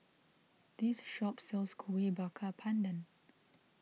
this shop sells Kueh Bakar Pandan